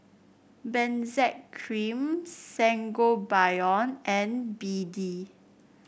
Benzac Cream Sangobion and B D